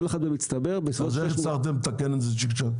אז איך הצלחתם לתקן את זה צ'יק צ'ק?